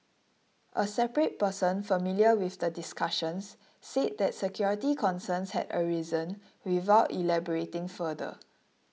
a separate person familiar with the discussions said that security concerns had arisen without elaborating further